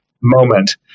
moment